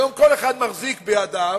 היום כל אחד מחזיק בידיו